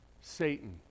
Satan